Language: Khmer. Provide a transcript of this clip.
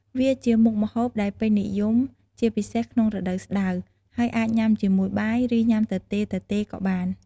វាជាមុខម្ហូបដែលពេញនិយមជាពិសេសក្នុងរដូវស្តៅ ហើយអាចញ៉ាំជាមួយបាយ ឬញ៉ាំទទេៗក៏បាន។